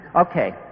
okay